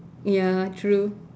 ya true